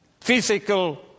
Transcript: physical